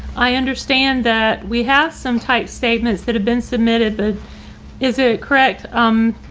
i understand that we have some type statements that have been submitted but is it correct um,